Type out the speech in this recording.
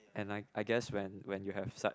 and I I guess when you have such